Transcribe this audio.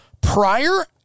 prior